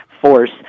force